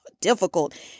difficult